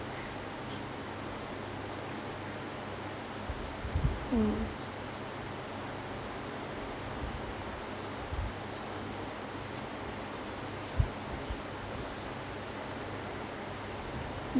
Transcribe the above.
mm